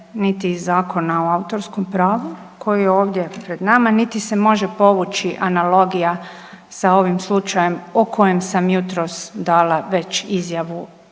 niti iz Zakona o autorskom pravu koji je ovdje pred nama niti se može povući analogija sa ovim slučajem o kojem sam jutros dala već izjavu